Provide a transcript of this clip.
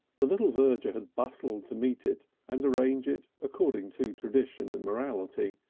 the little verger had bustled to meet it, and arrange it according to tradition and morality.